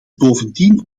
bovendien